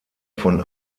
von